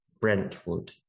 Brentwood